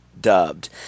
dubbed